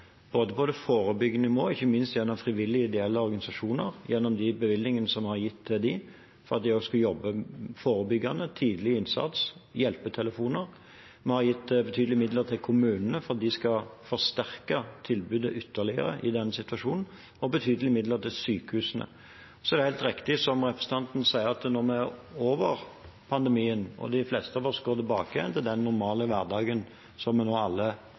på det forebyggende nivå ikke minst gjennom frivillige og ideelle organisasjoner, gjennom de bevilgningene som vi har gitt dem for at de skal jobbe forebyggende – tidlig innsats, hjelpetelefoner. Vi har gitt betydelige midler til kommunene for at de skal forsterke tilbudet ytterligere i denne situasjonen, og betydelige midler til sykehusene. Så er det helt riktig som representanten sier, at når pandemien er over, og de fleste av oss går tilbake til den normale hverdagen som vi nå alle